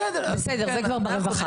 בסדר, זה כבר ברווחה.